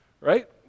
right